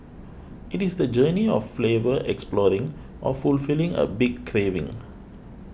it is the journey of flavor exploring or fulfilling a big craving